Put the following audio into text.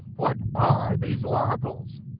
what are these oracles?